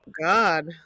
God